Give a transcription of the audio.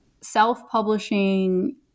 self-publishing